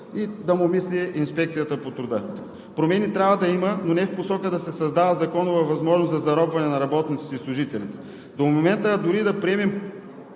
Да му мисли Инспекцията по труда! Промени трябва да има, но не в посока да се създава законова възможност за заробване на работниците и служителите. Дори да приемем